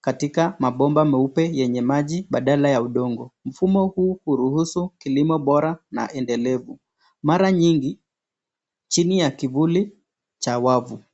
katika mabomba meupe yenye maji badala ya udongo. Mfumo huu huruhusu kilimo bora na endelevu, mara nyingi chini ya kivuli cha wavu.